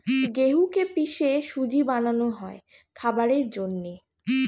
গেহুকে পিষে সুজি বানানো হয় খাবারের জন্যে